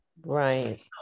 right